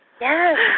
Yes